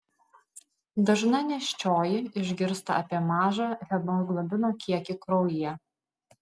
dažna nėščioji išgirsta apie mažą hemoglobino kiekį kraujyje